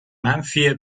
منفی